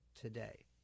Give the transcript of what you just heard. today